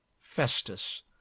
Festus